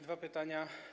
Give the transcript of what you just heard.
Dwa pytania.